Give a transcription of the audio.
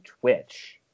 Twitch